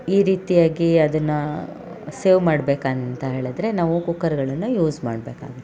ಈ ರೀತಿಯಾಗಿ ಅದನ್ನು ಸೇವ್ ಮಾಡಬೇಕಂತ ಹೇಳಿದರೆ ನಾವು ಕುಕ್ಕರ್ಗಳನ್ನು ಯೂಸ್ ಮಾಡಬೇಕಾಗುತ್ತೆ